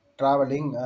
traveling